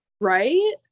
Right